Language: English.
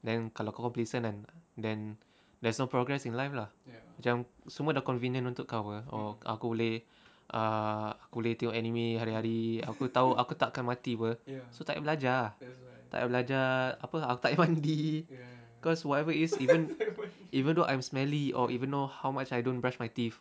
then kau complacent then then there's no progress in life lah macam semua dah convenient untuk kau [pe] or aku boleh ah aku boleh tengok anime hari-hari aku tahu aku takkan mati [pe] so takyah belajar ah takyah belajar apa takyah mandi cause whatever it is even even though I am smelly or even though how much I don't brush my teeth